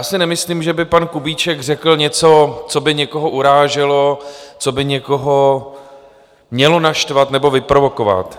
Já si nemyslím, že by pan Kubíček řekl něco, co by někoho uráželo, co by někoho mělo naštvat nebo vyprovokovat.